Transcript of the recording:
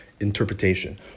interpretation